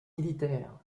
militaires